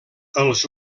els